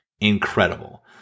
incredible